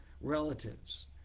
relatives